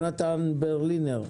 יונתן ברלינר,